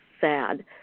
sad